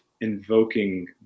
invoking